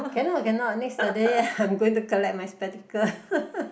cannot cannot next Saturday I'm going to collect my spectacle